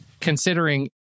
considering